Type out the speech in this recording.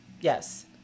Yes